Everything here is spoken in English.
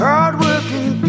Hard-working